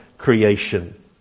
Creation